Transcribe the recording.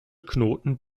knoten